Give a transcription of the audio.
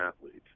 athletes